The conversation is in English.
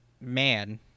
Man